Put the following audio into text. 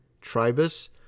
tribus